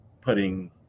putting